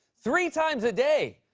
three times a day?